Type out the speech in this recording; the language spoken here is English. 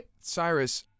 Cyrus